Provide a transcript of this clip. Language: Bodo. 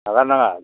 नागार नाङा